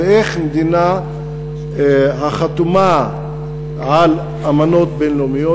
3. איך מדינה החתומה על אמנות בין-לאומיות